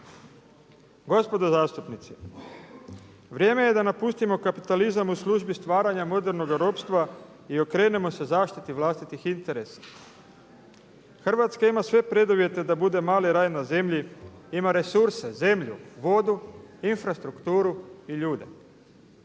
Gospodo zastupnici vrijeme je da napustimo kapitalizam u službi stvaranja modernoga ropstva i okrenemo se zaštiti vlastitih interesa. Hrvatska ima sve preduvjete da bude mali raj na zemlji, ima resurse, zemlju, vodu, infrastrukturu i ljude.